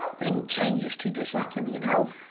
bring changes to the system, you know.